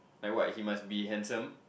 like what he must be handsome